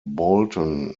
bolton